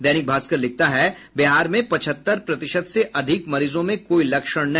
दैनिक भास्कर लिखता है बिहार में पचहत्तर प्रतिशत से अधिक मरीजों में कोई लक्षण नहीं